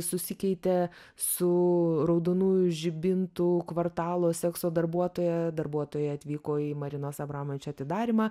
susikeitė su raudonųjų žibintų kvartalo sekso darbuotoja darbuotoja atvyko į marinos abromovič atidarymą